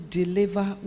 deliver